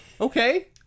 Okay